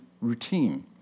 routine